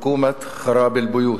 חֻכּוּמַת חַ'רַאבּ אל-בֻּיוּת.